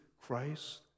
Christ